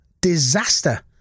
Disaster